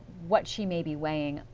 what she may be weighing.